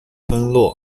村落